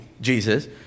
Jesus